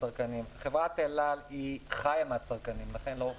הצרכנים חברת אל-על חיה מהצרכנים ולכן לאורך